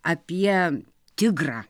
apie tigrą